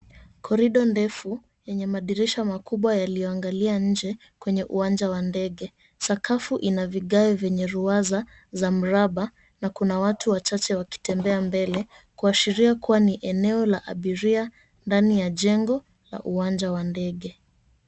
Korido ndefu yenye madirisha makubwa yalioangalia nje kwenye uwanja wa ndege. Sakafu ina vigao vyenye ruwaza za mraba na kuna watu wachache wakitembea mbele kuashiria kuwa ni eneo la abiria ndani ya jengo la uwanja wa ndege.